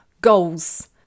goals